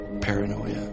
paranoia